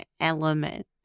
element